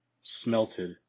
smelted